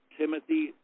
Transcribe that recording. timothy